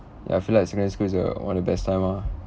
ya I feel like secondary school is uh one of the best time ah